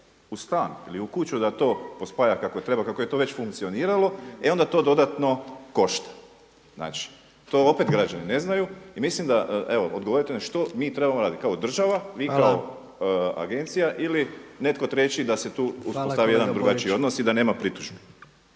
u stan ili u kuću da to pospaja kako treba, kako je to već funkcioniralo e onda to dodatno košta. Znači, to opet građani ne znaju. I mislim da, evo odgovorite što mi trebamo raditi, kao država, vi kao agencija ili netko treći da se tu uspostavi jedan drugačiji odnos i da nema pritužbi.